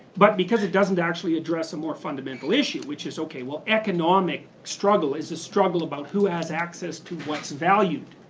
but because it doesn't actually address a more fundamental issue which is okay, economic struggle is a struggle about who has access to what's valued.